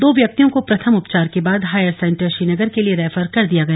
दो व्यक्तियों को प्रथम उपचार के बाद हायर सेंटर श्रीनगर के लिए रेफर कर दिया गया